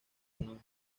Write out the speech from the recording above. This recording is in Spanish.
conan